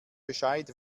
bescheid